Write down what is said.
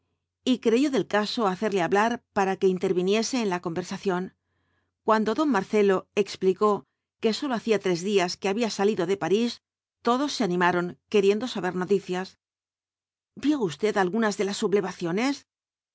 y creyó del caso hacerle hablar para que interviniese en la conversación cuando don marcelo explicó que sólo hacía tres días que había salido de parís todos se animaron queriendo saber noticias vio usted algunas de las